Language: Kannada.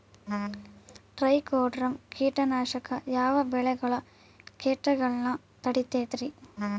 ಟ್ರೈಕೊಡರ್ಮ ಕೇಟನಾಶಕ ಯಾವ ಬೆಳಿಗೊಳ ಕೇಟಗೊಳ್ನ ತಡಿತೇತಿರಿ?